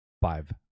five